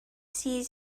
sie